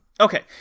Okay